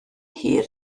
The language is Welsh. hir